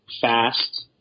fast